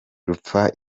rupfa